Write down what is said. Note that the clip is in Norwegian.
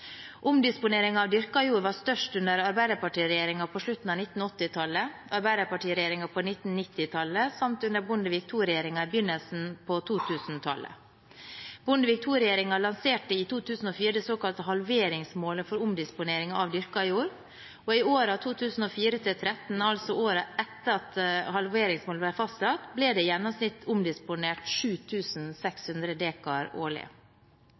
av dyrket jord var størst under arbeiderpartiregjeringen på slutten av 1980-tallet, arbeiderpartiregjeringen på 1990-tallet, samt under Bondevik II-regjeringen i begynnelsen av 2000-tallet. Bondevik II-regjeringen lanserte i 2004 det såkalte halveringsmålet for omdisponering av dyrket jord, og i årene 2004–2013, altså årene etter at halveringsmålet ble fastsatt, ble det i gjennomsnitt omdisponert 7 600 dekar årlig.